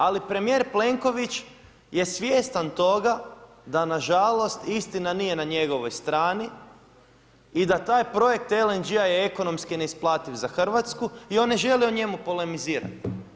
Ali premijer Plenković je svjestan toga da na žalost istina nije na njegovoj strani i da taj program LNG-a je ekonomski neisplativ za Hrvatsku i on ne želi o njemu polemizirati.